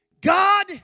God